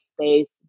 space